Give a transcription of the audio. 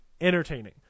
entertaining